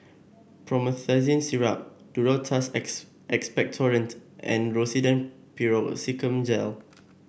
Promethazine Syrup Duro Tuss Expectorant and Rosiden Piroxicam Gel